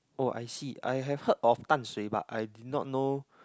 oh I see I have heard of Dan-Shui but I did not know